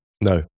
no